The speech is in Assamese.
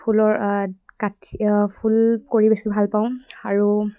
ফুলৰ কাঠি ফুল কৰি বেছি ভাল পাওঁ আৰু